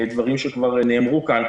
אלו דברים שכבר נאמרו כאן,